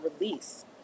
release